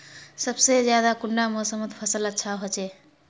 सबसे ज्यादा कुंडा मोसमोत फसल अच्छा होचे?